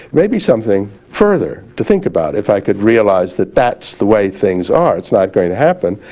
maybe something further to think about if i could realize that that's the way things are. it's not going to happen,